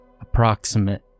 Approximate